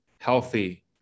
healthy